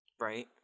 right